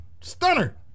Stunner